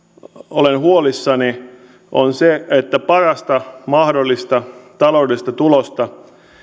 olen huolissani on se että parasta mahdollista taloudellista tulosta